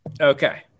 Okay